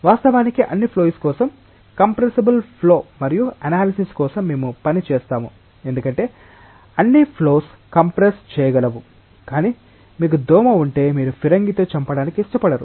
వాస్తవానికి అన్ని ఫ్లోస్ కోసం కంప్రెస్సబుల్ ఫ్లో మరియు అనలసిస్ కోసం మేము పని చేస్తాము ఎందుకంటే అన్ని ఫ్లోస్ కంప్రెస్ చేయగలవు కానీ మీకు దోమ ఉంటే మీరు ఫిరంగితో చంపడానికి ఇష్టపడరు